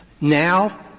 now